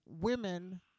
women